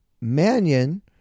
Mannion